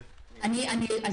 כן, כן.